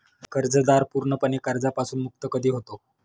कर्जदार पूर्णपणे कर्जापासून मुक्त कधी होतो?